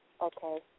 Okay